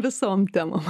visom temom